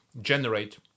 generate